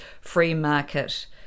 free-market